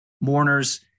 mourners